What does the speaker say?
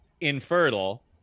infertile